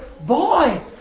Boy